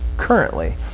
currently